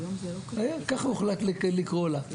ככה הוחלט לקרוא לה.